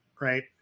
right